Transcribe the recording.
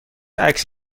عکس